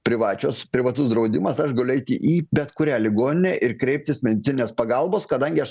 privačios privatus draudimas aš galiu eiti į bet kurią ligoninę ir kreiptis medicininės pagalbos kadangi aš